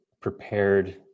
prepared